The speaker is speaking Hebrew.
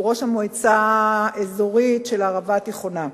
שהוא ראש המועצה האזורית של הערבה התיכונה.